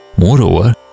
Moreover